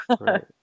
Right